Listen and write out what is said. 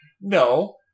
No